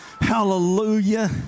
Hallelujah